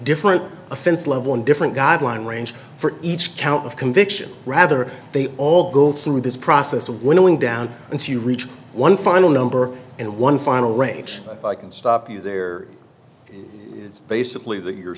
different offense level in different guideline range for each count of conviction rather they all go through this process of winnowing down until you reach one final number and one final range i can stop you there is basically that your